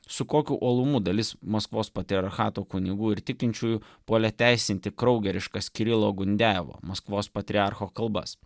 su kokiu uolumu dalis maskvos patriarchato kunigų ir tikinčiųjų puolė teisinti kraugeriškas kirilo gundejevo maskvos patriarcho kalbas